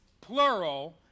plural